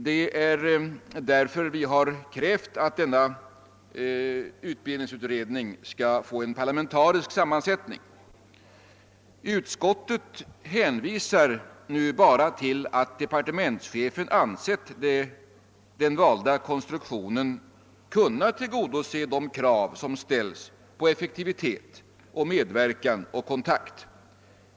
Det är därför vi har krävt att utbildningsutredningen skall få en parlamentarisk sammansättning. Utskottet hänvisar bara till att departementschefen har ansett den valda konstruktionen kunna tillgodose de krav som ställts på effektivitet, medverkan och kontakt.